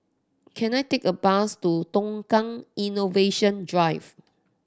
can I take a bus to Tukang Innovation Drive